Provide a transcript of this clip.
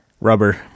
Rubber